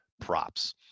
Props